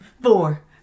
four